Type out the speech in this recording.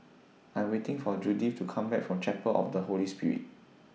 I'm waiting For Judyth to Come Back from Chapel of The Holy Spirit